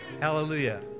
Hallelujah